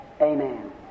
Amen